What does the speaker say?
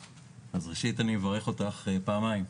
היושבת-ראש, פעמים.